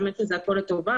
האמת היא שהכול לטובה,